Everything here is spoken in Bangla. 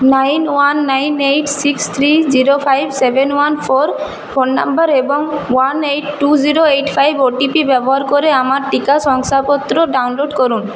nine one nine eight six three zero five seven one four phone number এবং one eight two zero eight five O T P ব্যবহার করে আমার টিকা শংসাপত্র ডাউনলোড করুন